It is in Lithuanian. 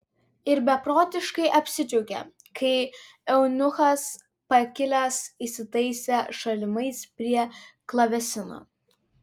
ir beprotiškai apsidžiaugė kai eunuchas pakilęs įsitaisė šalimais prie klavesino